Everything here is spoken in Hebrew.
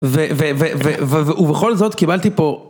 ו.. ו.. ו.. ובכל זאת קיבלתי פה